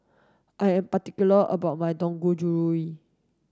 I am particular about my Dangojiru